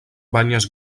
banyes